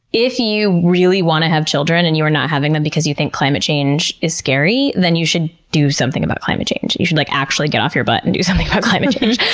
if you really want to have children and you are not having them because you think climate change is scary, then you should do something about climate change. you should like actually get off your butt and do something about climate change.